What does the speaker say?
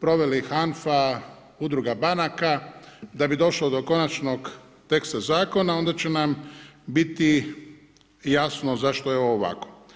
proveli HAMFA, Udruga banaka da bi došlo do konačnog teksta zakona, onda će nam biti jasno zašto je ovo ovako.